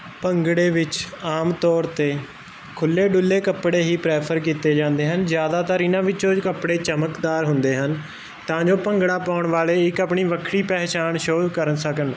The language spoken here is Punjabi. ਭੰਗੜੇ ਵਿੱਚ ਆਮ ਤੌਰ ਤੇ ਖੁੱਲੇ ਡੁੱਲੇ ਕੱਪੜੇ ਹੀ ਪ੍ਰੈਫਰ ਕੀਤੇ ਜਾਂਦੇ ਹਨ ਜ਼ਿਆਦਾਤਰ ਇਹਨਾਂ ਵਿੱਚੋਂ ਕੱਪੜੇ ਚਮਕਦਾਰ ਹੁੰਦੇ ਹਨ ਤਾਂ ਜੋ ਭੰਗੜਾ ਪਾਉਣ ਵਾਲੇ ਇੱਕ ਆਪਣੀ ਵੱਖਰੀ ਪਹਿਚਾਣ ਸ਼ੁਰੂ ਕਰਨ ਸਕਣ